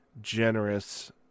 generous